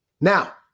now